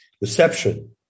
reception